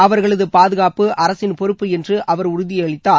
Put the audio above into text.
அவர்களது பாதுகாப்பு அரசின் பொறுப்பு என்று அவர் உறுதியளித்தார்